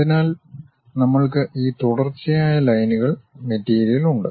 അതിനാൽ നമ്മൾക്ക് ഈ തുടർച്ചയായ ലൈനുകൾ മെറ്റീരിയൽ ഉണ്ട്